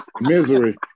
misery